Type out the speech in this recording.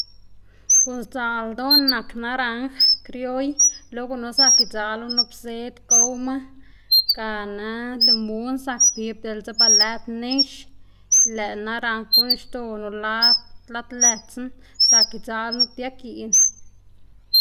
guꞌn sdzaꞌl ldoná nak naranj krioy lo gunu zak idzaꞌlu nup zed gowma gana limun zak pib diꞌltse ba lëd nex, lëꞌ naranj guꞌn xdo nu lad, lad lëtsna zak idzaꞌl nup dia giꞌn.